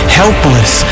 helpless